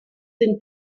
den